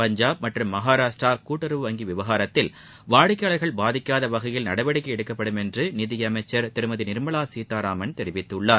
பஞ்சாப் மற்றும் மகாராஷ்டிரா கூட்டறவு வங்கி விவகாரத்தில் வாடிக்கையாளர்கள் பாதிக்காத வகையில் நடவடிக்கை எடுக்கப்படும் என்று நிதி அமைச்சர் திருமதி நிர்மலா சீதாராமன் தெரிவித்துள்ளார்